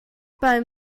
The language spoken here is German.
beim